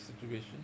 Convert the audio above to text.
situation